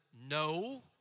no